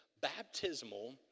baptismal